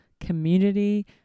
community